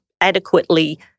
adequately